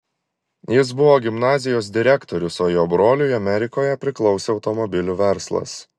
jis buvo gimnazijos direktorius o jo broliui amerikoje priklausė automobilių verslas